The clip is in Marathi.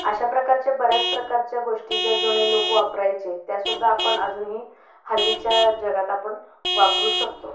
अशा प्रकारच्या बऱ्याच प्रकारच्या गोष्टी ज्या जुने लोक वापरायचे त्यासुद्धा आपण अजूनही हल्लीच्या जगात आपण वापरू शकतो